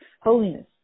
holiness